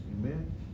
Amen